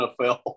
NFL